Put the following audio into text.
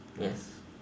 yes